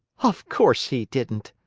of course he didn't!